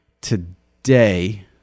today